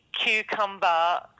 cucumber